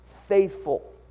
faithful